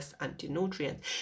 anti-nutrients